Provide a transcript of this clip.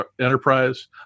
Enterprise